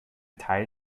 teil